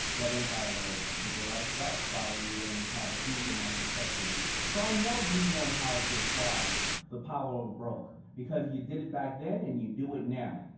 you have an empire where people like sharks follow you and have a huge amount of respect for you, so i know you know how to apply the power of broke, because you did it back then and you do it now.